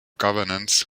governance